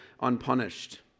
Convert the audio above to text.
unpunished